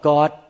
God